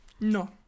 No